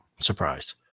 Surprise